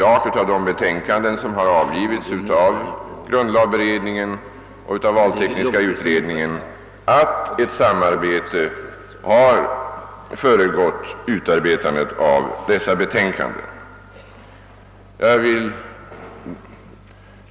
Av de betänkanden som avgivits av grundlagberedningen och valtekniska utredningen framgår också klart att ett samarbete har föregått utformandet av betänkandena.